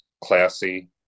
classy